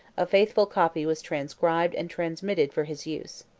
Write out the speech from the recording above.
a faithful copy was transcribed and transmitted for his use.